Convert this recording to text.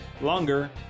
longer